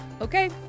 Okay